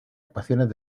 ecuaciones